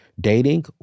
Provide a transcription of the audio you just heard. Dating